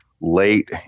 late